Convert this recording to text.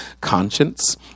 conscience